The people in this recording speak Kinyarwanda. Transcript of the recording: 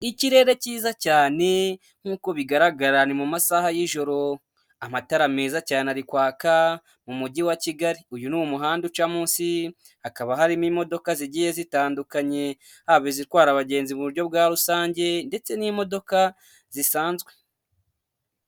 Ikirere cyiza cyane nk'uko bigaragara ni mu masaha y'ijoro, amatara meza cyane ari kwaka mu mujyi wa Kigali, uyu ni umuhanda uca munsi hakaba harimo imodoka zigiye zitandukanye haba zitwara abagenzi mu buryo bwa rusange ndetse n'imodoka zisanzwe.